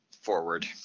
forward